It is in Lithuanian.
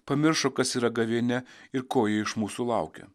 pamiršo kas yra gavėnia ir ko jie iš mūsų laukia